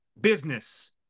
business